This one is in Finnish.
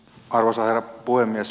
arvoisa herra puhemies